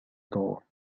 gore